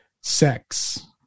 sex